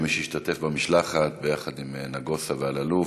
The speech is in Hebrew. כמי שהשתתף במשלחת יחד עם נגוסה ואלאלוף